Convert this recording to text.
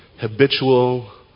habitual